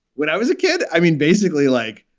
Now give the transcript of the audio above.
when i was a kid, i mean, basically, like,